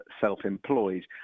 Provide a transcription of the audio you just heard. self-employed